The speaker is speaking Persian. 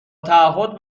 تعهد